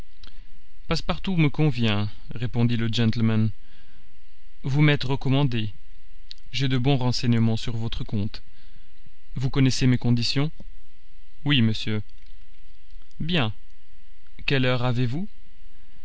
passepartout me convient répondit le gentleman vous m'êtes recommandé j'ai de bons renseignements sur votre compte vous connaissez mes conditions oui monsieur bien quelle heure avez-vous